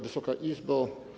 Wysoka Izbo!